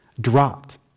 dropped